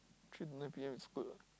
three to nine P_M is good [what]